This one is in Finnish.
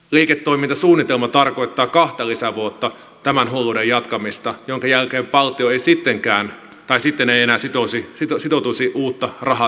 liiketoimintasuunnitelma tarkoittaa kahta lisävuotta tämän hulluuden jatkamista jonka jälkeen valtio sitten ei enää sitoutuisi uutta rahaa tähän laittamaan